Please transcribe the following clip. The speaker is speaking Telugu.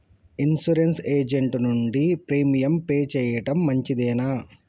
ఇన్సూరెన్స్ ఏజెంట్ నుండి ప్రీమియం పే చేయడం మంచిదేనా?